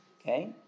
Okay